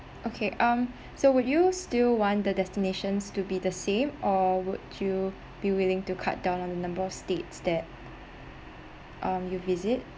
okay um so would you still want the destinations to be the same or would you be willing to cut down on the number of states that um you visit